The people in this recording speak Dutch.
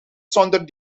zonder